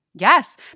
Yes